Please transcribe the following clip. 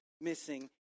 missing